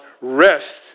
Rest